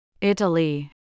Italy